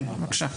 בבקשה.